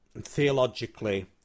theologically